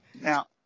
Now